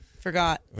forgot